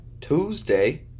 Tuesday